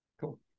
Cool